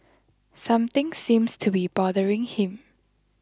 something seems to be bothering him